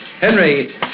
Henry